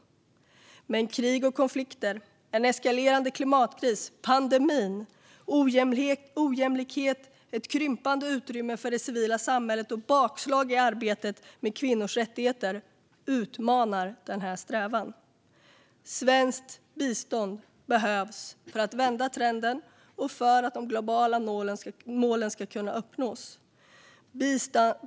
Men krig och konflikter, en eskalerande klimatkris, pandemin, ojämlikhet, ett krympande utrymme för det civila samhället och bakslag i arbetet för kvinnors rättigheter utmanar denna strävan. Svenskt bistånd behövs för att vända trenden och för att de globala målen ska kunna uppnås.